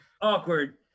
awkward